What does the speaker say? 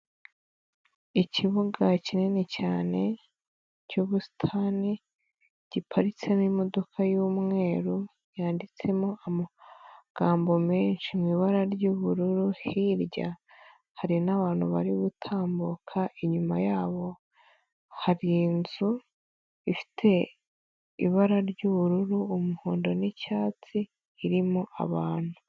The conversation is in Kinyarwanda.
Ikibuga kinini cyane cy'ubusitani, giparitsemo imodoka y'umweru yanditsemo amagambo menshi mu ibara ry'ubururu, hirya hari n'abantu bari gutambuka, inyuma yabo hari inzu ifite ibara ry'ubururu, umuhondo n'icyatsi irimo abantu.